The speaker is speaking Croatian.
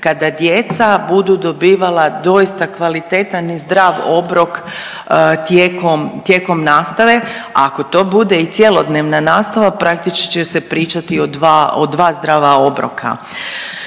kada djeca budu dobivala doista kvalitetan i zdrav obrok tijekom, tijekom nastave, a ako to bude i cjelodnevna nastava praktički će se pričati o dva, o dva zdrava obroka.